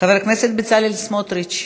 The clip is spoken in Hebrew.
חבר הכנסת בצלאל סמוטריץ.